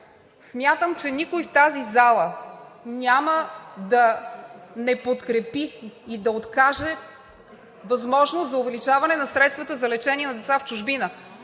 Смятам, че никой в тази зала няма да не подкрепи и да откаже възможност за увеличаване на средствата за лечение на деца в чужбина,